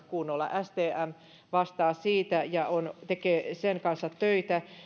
kunnolla stm vastaa siitä ja tekee sen kanssa töitä